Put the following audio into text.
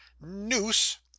Noose